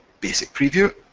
basic preview.